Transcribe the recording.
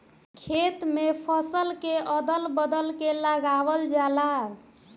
खेत में फसल के अदल बदल के लगावल जाला